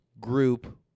group